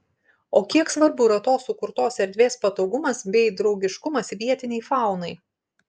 o kiek svarbu yra tos sukurtos erdvės patogumas bei draugiškumas vietinei faunai